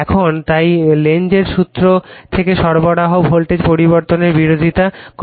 এখন তাই লেনজের সূত্র Lenz's laws থেকে সরবরাহ ভোল্টেজ পরিবর্তনের বিরোধিতা করে